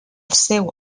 seu